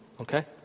okay